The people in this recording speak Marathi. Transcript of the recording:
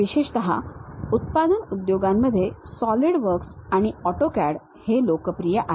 विशेषतः उत्पादन उद्योगांमध्ये सॉलिडवर्क्स आणि ऑटोकॅड हे लोकप्रिय पर्याय आहेत